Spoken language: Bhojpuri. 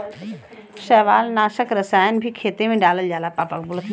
शैवालनाशक रसायन भी खेते में डालल जाला